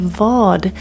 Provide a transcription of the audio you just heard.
vad